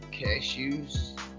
cashews